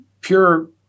pure